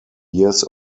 years